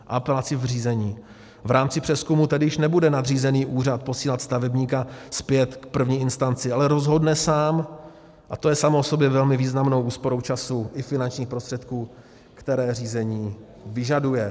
V rámci přezkumu tedy již nebude nadřízený úřad posílat stavebníka zpět k první instanci, ale rozhodne sám a to je samo o sobě velmi významnou úsporou času i finančních prostředků, které řízení vyžaduje.